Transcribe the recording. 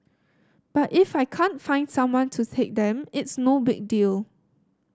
but if I can't find someone to take them it's no big deal